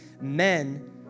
men